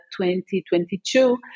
2022